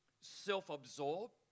self-absorbed